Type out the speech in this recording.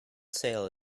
sail